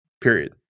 period